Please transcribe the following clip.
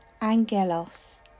angelos